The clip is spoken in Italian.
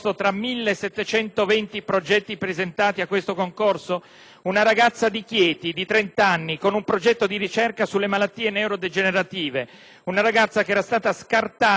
Una ragazza di Chieti, di trent'anni, con un progetto di ricerca sulle malattie neurodegenerative, una ragazza che era stata recentemente scartata nella sua università quando aveva partecipato ad un concorso